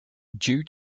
due